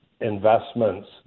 investments